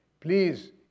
Please